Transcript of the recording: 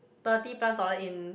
thirty plus dollar in